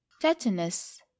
tetanus